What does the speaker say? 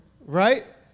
right